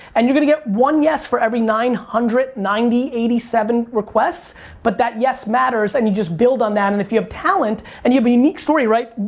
and you're gonna get one yes for every nine hundred, ninety, eighty seven requests but that yes matters and you just build on that. and if you have talent, and you have a unique story, right?